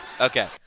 Okay